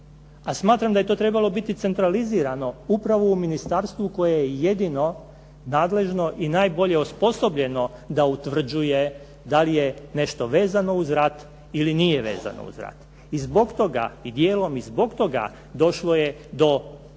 a smatram da je to trebalo biti centralizirano upravo u ministarstvu koje je jedino nadležno i najbolje osposobljeno da utvrđuje da li je nešto vezano uz rat ili nije vezano uz rat. I zbog toga, i dijelom i zbog toga došlo je do ovakvoga